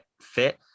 fit